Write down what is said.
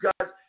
guys